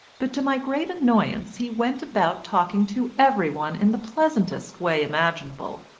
but to my great annoyance he went about talking to every one in the pleasantest way imaginable,